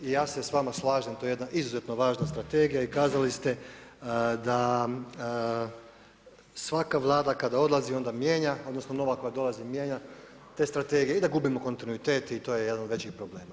I ja se sa vama slažem, to je jedna izuzetno važna strategija i kazali ste da svaka Vlada kada onda mijenja, odnosno, nova koja dolazi mijenja te strategije i da gubimo kontinuitet i to je jedan od većih problema.